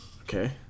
Okay